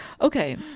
Okay